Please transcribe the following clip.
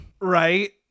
Right